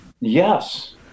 Yes